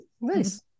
nice